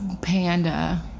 panda